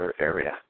area